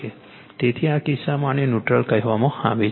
તેથી આ કિસ્સામાં આને ન્યુટ્રલ કહેવામાં આવે છે